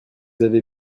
avez